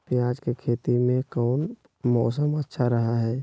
प्याज के खेती में कौन मौसम अच्छा रहा हय?